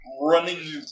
running